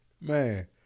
Man